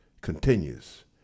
continues